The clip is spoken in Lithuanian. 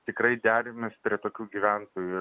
tikrai derimės prie tokių gyventojų ir